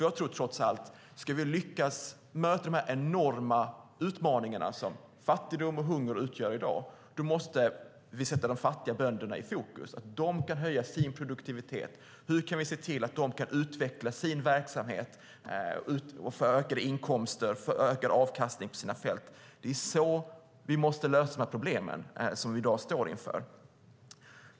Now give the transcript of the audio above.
Jag tror trots allt att om vi ska lyckas möta de enorma utmaningar som fattigdom och hunger utgör i dag, då måste vi sätta de fattiga bönderna i fokus, att de kan höja sin produktivitet. Hur kan vi se till att de kan utveckla sin verksamhet och få ökade inkomster och ökad avkastning på sina fält? Det är så vi måste lösa de problem som vi står inför i dag.